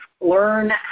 Learn